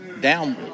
down